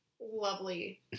Lovely